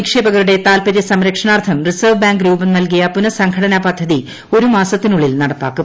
നിക്ഷേപകരുടെ താത്പര്യ സംരക്ഷണാർത്ഥം റിസർവ്വ് ബാങ്ക് രൂപം നൽകിയ പുനസംഘടനാ പദ്ധതി ഒരു മാസത്തിനുളളിൽ നടപ്പാക്കും